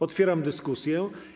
Otwieram dyskusję.